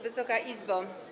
Wysoka Izbo!